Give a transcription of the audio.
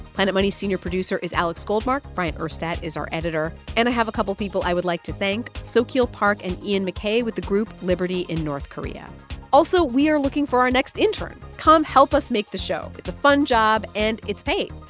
planet money's senior producer is alex goldmark. bryant urstadt is our editor. and i have a couple of people i would like to thank, sokeel park and ian mckay with the group liberty in north korea also, we are looking for our next intern. come help us make the show. it's a fun job, and it's paid.